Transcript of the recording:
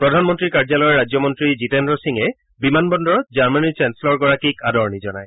প্ৰধানমন্তীৰ কাৰ্যালয়ৰ ৰাজ্য মন্ত্ৰী জিতেন্দ্ৰ সিঙে বিমানবন্দৰত জামেনীৰ চেঞ্চেলৰ গৰাকীক আদৰণি জনায়